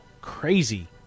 crazy